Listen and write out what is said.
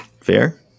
Fair